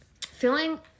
feeling